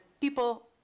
people